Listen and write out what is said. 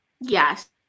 Yes